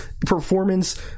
performance